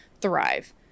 thrive